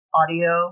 audio